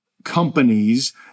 companies